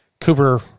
Cooper